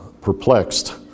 perplexed